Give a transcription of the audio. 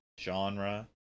genre